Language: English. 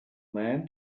men